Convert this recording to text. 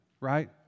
right